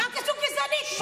מה קשור גזענים?